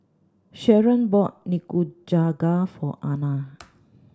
Sharon bought Nikujaga for Ana